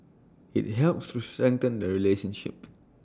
IT helps to strengthen the relationship